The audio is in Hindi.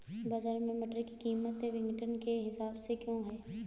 बाजार में मटर की कीमत क्विंटल के हिसाब से क्यो है?